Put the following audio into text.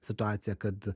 situacija kad